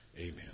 Amen